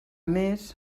més